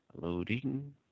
Loading